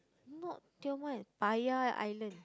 not Tioman Paya Island